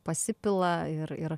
pasipila ir ir